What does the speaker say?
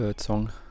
song